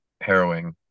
harrowing